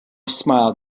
smiled